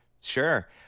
Sure